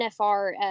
NFR